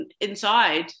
inside